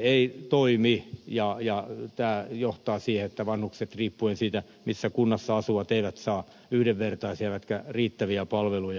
ei toimi ja tämä johtaa siihen että vanhukset riippuen siitä missä kunnassa asuvat eivät saa yhdenvertaisia eivätkä riittäviä palveluja